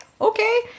Okay